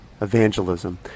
evangelism